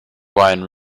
wine